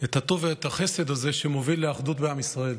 את הטוב ואת החסד הזה, שמובילים לאחדות בעם ישראל.